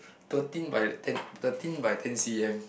thirteen by ten thirteen by ten C_M